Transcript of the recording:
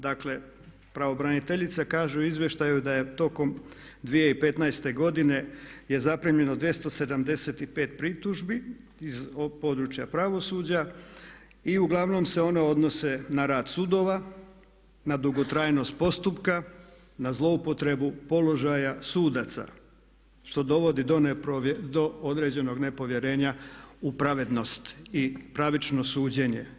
Dakle pravobraniteljica kaže u izvještaju da je tokom 2015. godine je zaprimljeno 275 pritužbi iz područja pravosuđa i uglavnom se ona odnose na rad sudova, na dugotrajnost postupka, na zloupotrebu položaja, sudaca, što dovodi do određenog nepovjerenja u pravednost i pravično suđenje.